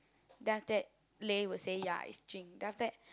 then after that Lei will say ya it's Jing then after that